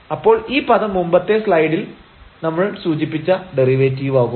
അപ്പോൾ ഈ പദം മുമ്പത്തെ സ്ലൈഡിൽ നമ്മൾ സൂചിപ്പിച്ച ഡെറിവേറ്റീവാകും